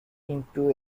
into